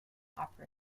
opera